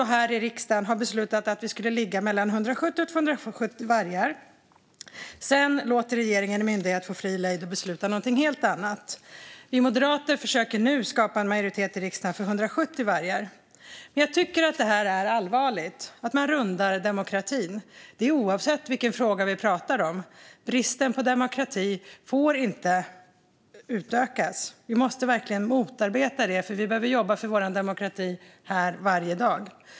Riksdagen har beslutat att antalet vargar ska ligga mellan 170 och 270, och sedan ger regeringen en myndighet fri lejd att besluta något helt annat. Vi moderater försöker nu skapa en majoritet i riksdagen för 170 vargar. Det är allvarligt att man rundar demokratin - oavsett vilken fråga vi pratar om. Bristen på demokrati får inte utökas. Vi måste verkligen motarbeta detta, och vi måste jobba för vår demokrati varje dag.